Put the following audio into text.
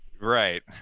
Right